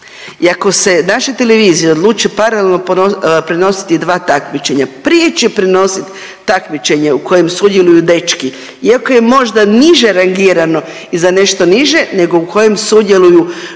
ako se naše televizije odluče paralelno prenositi dva takmičenja, prije će prenosit takmičenje u kojem sudjeluju dečki iako je možda niže rangirano i za nešto niže nego u koje sudjeluju žene